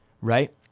Right